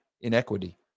inequity